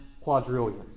quadrillion